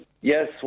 yes